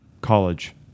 college